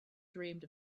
dreamed